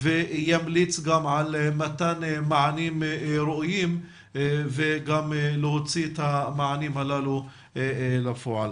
וימליץ על מתן מענים ראויים ויוציא מענים אלו לפועל.